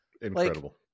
incredible